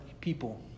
people